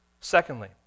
Secondly